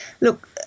look